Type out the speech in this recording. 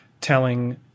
telling